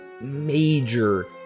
major